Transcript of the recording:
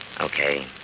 Okay